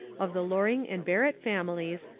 of the loring and barrett families,